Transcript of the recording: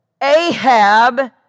Ahab